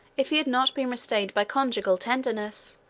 if he had not been restrained by conjugal tenderness,